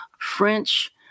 French